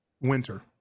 winter